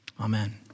Amen